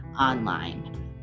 online